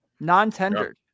non-tendered